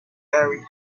very